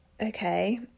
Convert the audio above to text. okay